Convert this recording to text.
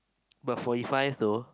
but forty five though